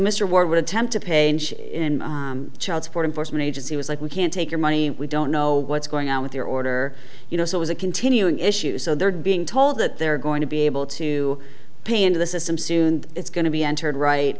ward would attempt to pay in child support enforcement agency was like we can't take your money we don't know what's going on with your order you know so it was a continuing issue so there'd being told that they're going to be able to pay into the system soon it's going to be entered right